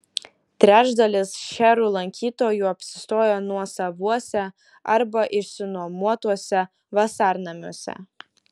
trečdalis šcherų lankytojų apsistoja nuosavuose arba išsinuomotuose vasarnamiuose